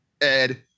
Ed